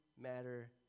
matter